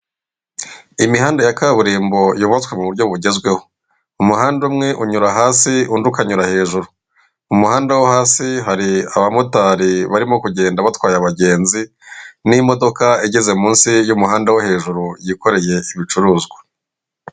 Imihanda ya kaburimbo yubatswe mu buryo bugezweho, umuhanda umwe unyura hasi, undi ukanyura hejuru. Umuhanda wo hasi hari abamotari barimo kugenda batwaye abagenzi, n'imodoka igeze munsi y'umuhanda wo hejuru yikoreye ibicuruzwa.